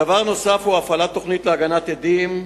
דבר נוסף הוא הפעלת תוכנית להגנת עדים,